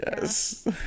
Yes